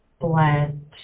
blend